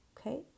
Okay